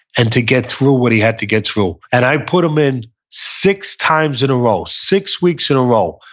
and to get through what he had to get through and i put them in six times in a row, six weeks in a row,